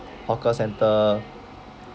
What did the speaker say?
hawker centre